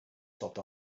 stopped